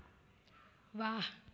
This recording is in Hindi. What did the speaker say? वाह